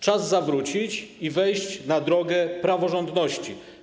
Czas zawrócić i wejść na drogę praworządności.